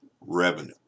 revenue